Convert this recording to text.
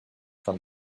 from